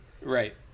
right